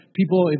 people